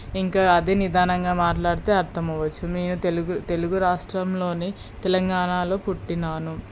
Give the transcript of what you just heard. ఇంకా అదే నిదానంగా మాట్లాడితే అర్థమవ్వచ్చు నేను తెలుగు తెలుగు రాష్ట్రంలోని తెలంగాణాలో పుట్టాను